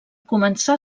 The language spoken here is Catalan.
començà